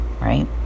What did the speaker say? right